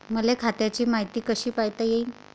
मले खात्याची मायती कशी पायता येईन?